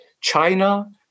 China